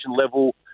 level